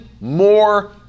more